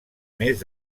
més